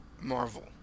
Marvel